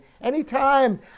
anytime